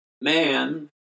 man